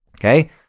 Okay